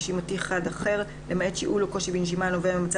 נשמע בוועדת